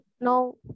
No